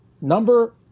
Number